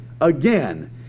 again